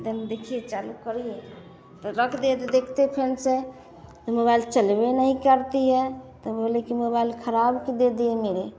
तन देखिए चालू करिए त रख देत देखते खन से ये मोबाईल चलबे नहीं करती है तो बोले कि मोबाईल खराब तो दे दिए मेरे